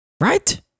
right